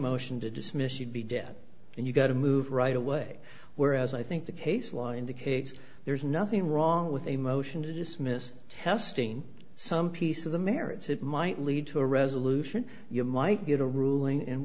motion to dismiss you'd be dead and you've got to move right away whereas i think the case law indicates there's nothing wrong with a motion to dismiss testing some piece of the merits it might lead to a resolution you might get a ruling